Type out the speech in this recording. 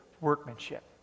workmanship